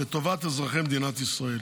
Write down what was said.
לטובת אזרחי מדינת ישראל.